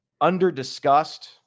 under-discussed